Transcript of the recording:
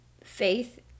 faith